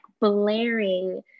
blaring